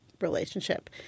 relationship